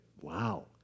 Wow